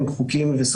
אולי היו חריגות פה ושם,